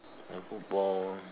Michael Bond